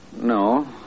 No